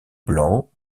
blancs